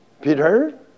Peter